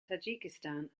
tajikistan